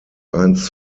eins